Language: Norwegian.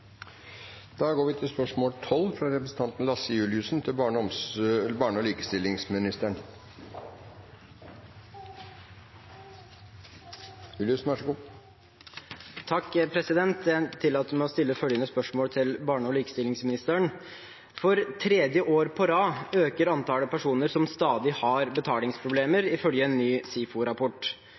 Jeg tillater meg å stille følgende spørsmål til barne- og likestillingsministeren: «For tredje år på rad øker antallet personer som stadig har betalingsproblemer, ifølge en ny